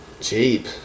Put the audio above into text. Cheap